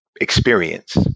experience